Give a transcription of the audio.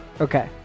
okay